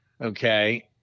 okay